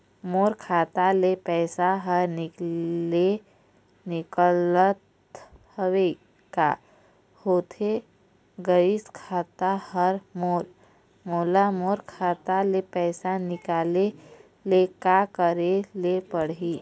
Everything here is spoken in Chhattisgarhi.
मोर खाता ले पैसा हर निकाले निकलत हवे, का होथे गइस खाता हर मोर, मोला मोर खाता ले पैसा निकाले ले का करे ले पड़ही?